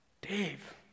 Dave